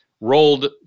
rolled